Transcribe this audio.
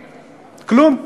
כלום.